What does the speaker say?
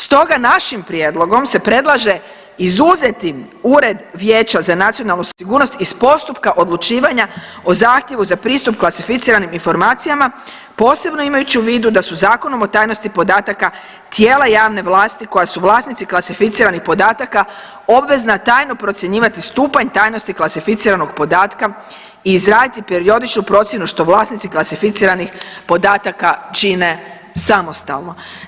Stoga našim prijedlogom se predlaže izuzeti Ured Vijeća za nacionalnu sigurnost iz postupka odlučivanja o zahtjevu za pristup klasificiranim informacijama, posebno imajući u vidu da su Zakonom o tajnosti podataka tijela javne vlasti koja su vlasnici klasificiranih podataka obvezna tajno procjenjivati stupanj tajnosti klasificiranog podatka i izraditi periodičnu procjenu što vlasnici klasificiranih podataka čine samostalno.